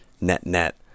net-net